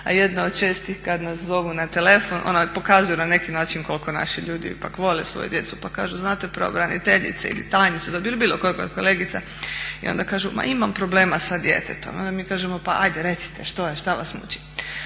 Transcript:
a jedna od čestih kad nas zovu na telefon, pokazuju na neki način koliko naši ljudi ipak vole svoju djecu pa kažu znate pravobraniteljice ili tajnicu dobiju, ili bilo koga od kolegica i onda kažu imam problema sa djetetom, onda mi kažemo pa ajde recite što je, šta vas muči?